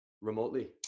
remotely